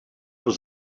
was